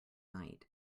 night